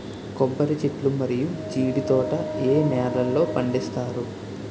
కొబ్బరి చెట్లు మరియు జీడీ తోట ఏ నేలల్లో పండిస్తారు?